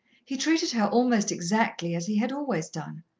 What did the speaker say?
he treated her almost exactly as he had always done,